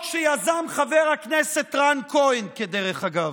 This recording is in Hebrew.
את החוק יזם חבר הכנסת לשעבר רן כהן, כדרך אגב.